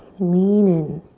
lean in.